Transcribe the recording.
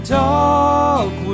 talk